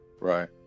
Right